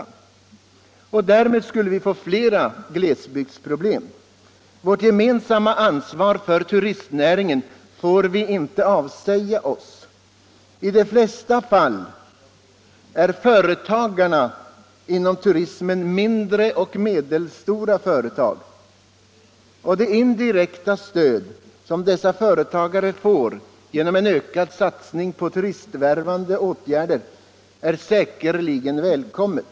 Därmed skulle vi få flera glesbygdsproblem. Vårt gemensamma ansvar för turistnäringen får vi inte avsäga oss. I de flesta fall är företagarna inom turismen mindre och medelstora företag, och det indirekta stöd dessa företagare får genom en ökad satsning på turistvärvande åtgärder är säkerligen välkommet.